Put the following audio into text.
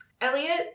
Elliot